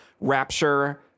rapture